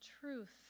truth